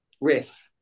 riff